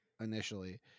initially